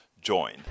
join